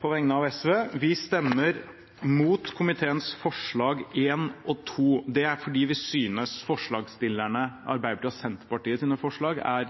på vegne av SV: Vi stemmer mot komiteens forslag 1 og 2. Det er fordi vi synes Arbeiderpartiets og Senterpartiets forslag er